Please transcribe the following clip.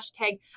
hashtag